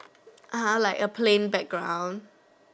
uh !huh! like a plain background